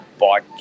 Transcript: bike